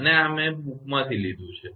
અને આ મેં બુકપુસ્તક માંથી લીધું છે